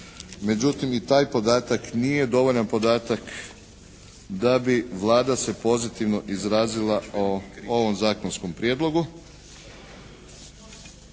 Međutim i taj podatak nije dovoljan podatak da bi Vlada se pozitivno izrazila o ovom zakonskom prijedlogu.